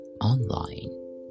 online